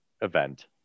event